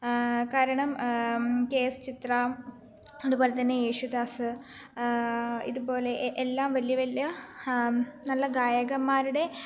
കാരണം കെ എസ് ചിത്ര അതുപോലെ തന്നെ യേശുദാസ് ഇതുപോലെ എല്ലാം വലിയ വലിയ നല്ല ഗയകന്മാരുടെ